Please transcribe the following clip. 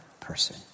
person